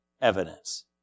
evidence